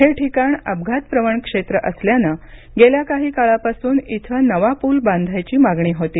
हे ठिकाणी अपघात प्रवण क्षेत्र असल्यानं गेल्या काही काळापासून इथं नवा पूल बांधायची मागणी होती